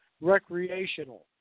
recreational